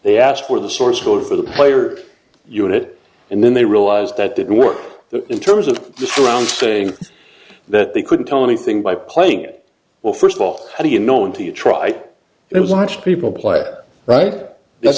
they asked for the source code for the player unit and then they realized that didn't work in terms of just around saying that they couldn't tell anything by playing it well first of all how do you know until you try it watch people play right th